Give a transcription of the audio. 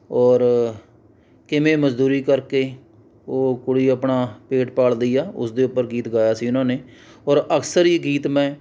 ਔਰ ਕਿਵੇਂ ਮਜ਼ਦੂਰੀ ਕਰਕੇ ਉਹ ਕੁੜੀ ਆਪਣਾ ਪੇਟ ਪਾਲ਼ਦੀ ਆ ਉਸਦੇ ਉੱਪਰ ਗੀਤ ਗਾਇਆ ਸੀ ਉਨ੍ਹਾਂ ਨੇ ਔਰ ਅਕਸਰ ਇਹ ਗੀਤ ਮੈਂ